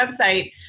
website